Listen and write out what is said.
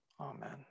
Amen